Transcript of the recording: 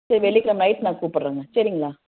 சரி வெள்ளிக்கிழம நைட்டு நான் கூப்பிட்றேன்ங்க சரிங்களா